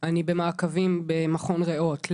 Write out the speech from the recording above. אני במעקבים במכון ריאות,